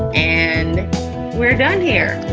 and we're done here.